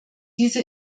diese